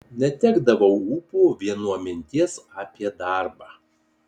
netekdavau ūpo vien nuo minties apie darbą